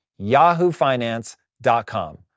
yahoofinance.com